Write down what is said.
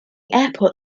airport